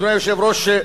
אדוני היושב-ראש,